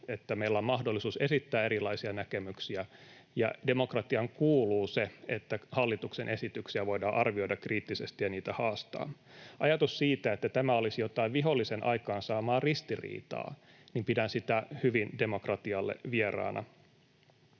että meillä on mahdollisuus esittää erilaisia näkemyksiä, ja demokratiaan kuuluu se, että hallituksen esityksiä voidaan arvioida kriittisesti ja niitä haastaa. Ajatusta siitä, että tämä olisi jotain vihollisen aikaansaamaa ristiriitaa, pidän hyvin demokratialle vieraana.